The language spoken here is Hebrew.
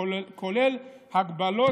כולל הגבלות,